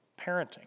parenting